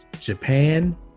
Japan